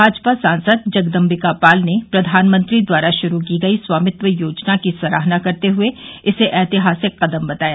भाजपा सांसद जगदम्बिका पाल ने प्रधानमंत्री द्वारा शुरू की गई स्वामित्व योजना की सराहना करते हुए इसे एतिहासिक कदम बताया